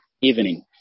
evening